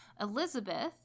Elizabeth